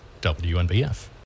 WNBF